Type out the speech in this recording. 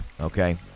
okay